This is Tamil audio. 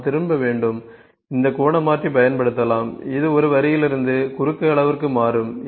நாம் திரும்ப வேண்டும் இந்த கோண மாற்றி பயன்படுத்தலாம் இது ஒரு வரியிலிருந்து குறுக்கு அளவுக்கு மாறும்